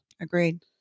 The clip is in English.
Agreed